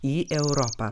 į europą